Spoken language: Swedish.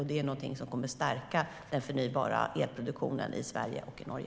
Det är något som kommer att stärka den förnybara elproduktionen i Sverige och i Norge.